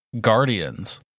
Guardians